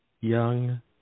young